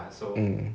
mm